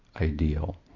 ideal